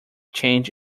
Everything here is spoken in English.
change